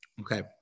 Okay